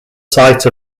site